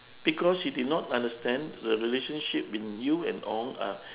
because he did not understand the relationship between you and ong are